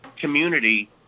community